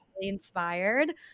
inspired